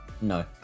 No